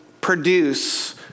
produce